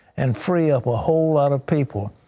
and free up a whole lot of people,